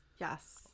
Yes